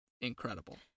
incredible